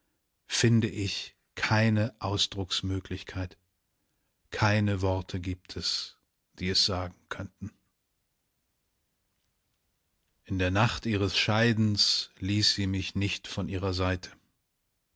finde ich keine ausdrucksmöglichkeit keine worte gibt es die es sagen könnten in der nacht ihres scheidens ließ sie mich nicht von ihrer seite